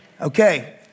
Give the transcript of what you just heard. Okay